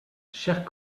chers